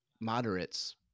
moderates –